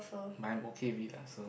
but I'm okay with it lah so